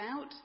out